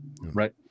right